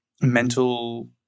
mental